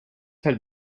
had